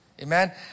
Amen